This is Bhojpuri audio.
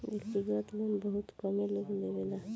व्यक्तिगत लोन बहुत कमे लोग लेवेला